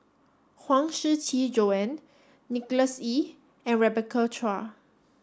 Huang Shiqi Joan Nicholas Ee and Rebecca Chua